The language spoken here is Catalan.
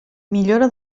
millora